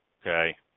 okay